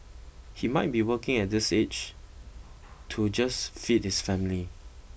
he might be working at this age to just feed his family